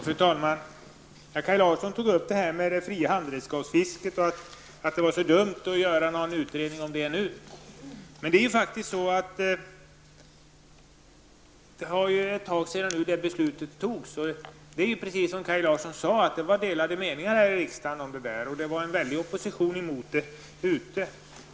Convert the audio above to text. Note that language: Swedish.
Fru talman! Kaj Larsson sade att det var dumt att nu göra en utredning om det fria handredskapsfisket. Det har nu gått en tid sedan det beslutet fattades, och det var, precis som Kaj Larsson sade, delade meningar om den saken här i riksdagen. Ute på fältet var det också en stark opposition mot beslutet.